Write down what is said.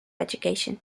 education